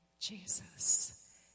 Jesus